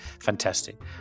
Fantastic